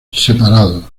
separados